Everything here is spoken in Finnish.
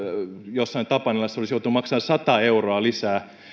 jossain tapanilassa olisi joutunut maksamaan sata euroa lisää